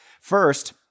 First